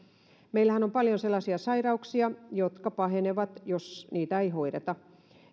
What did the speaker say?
meillähän on paljon sellaisia sairauksia jotka pahenevat jos niitä ei hoideta